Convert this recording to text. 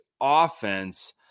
offense